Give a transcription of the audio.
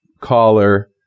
caller